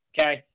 Okay